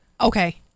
Okay